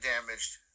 damaged